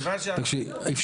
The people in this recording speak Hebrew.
תקשיב.